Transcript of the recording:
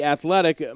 Athletic